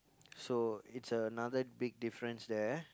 so it's another big difference there